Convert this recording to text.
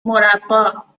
مربّا